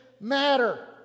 matter